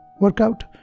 Workout